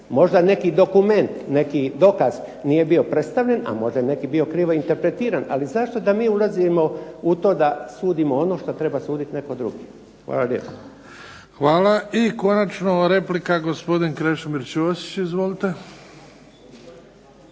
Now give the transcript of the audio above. Možda neki dokument, neki dokaz nije bio predstavljen a možda je neki bio krivo interpretiran, ali zašto da mi ulazimo u to da sudimo ono što treba suditi netko drugi. **Bebić, Luka (HDZ)** Hvala. I konačno replika gospodin Krešimir Ćosić izvolite.